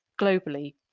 globally